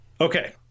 Okay